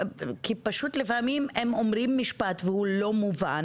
כי פשוט לפעמים הם אומרים משפט והוא לא מובן